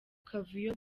kavuyo